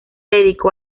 dedicó